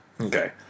Okay